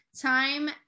time